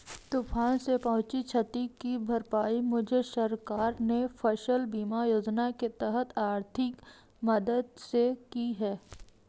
तूफान से पहुंची क्षति की भरपाई मुझे सरकार ने फसल बीमा योजना के तहत आर्थिक मदद से की है